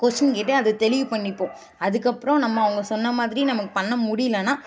question கேட்டு அது தெளிவு பண்ணிப்போம் அதுக்கப்புறம் நம்ம அவங்க சொன்னமாதிரி நம்ம பண்ண முடியலன்னா